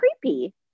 creepy